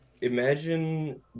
imagine